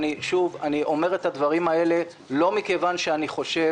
אני אומר את הדברים האלה לא מכיוון שאני חושב